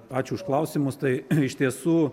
ačiū už klausimus tai iš tiesų